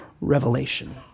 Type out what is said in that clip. revelation